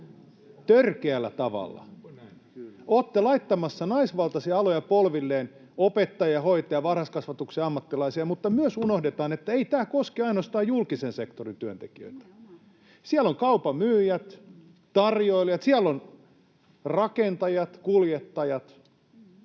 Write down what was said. törkeällä tavalla. Olette laittamassa naisvaltaisia aloja polvilleen: opettajia ja hoitajia, varhaiskasvatuksen ammattilaisia. Mutta myös unohdetaan, että ei tämä koske ainoastaan julkisen sektorin työntekijöitä. Siellä on kaupan myyjät, tarjoilijat, siellä on rakentajat, kuljettajat.